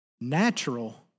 natural